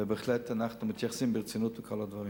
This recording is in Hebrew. ובהחלט אנחנו מתייחסים ברצינות לכל הדברים.